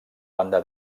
banda